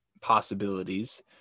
possibilities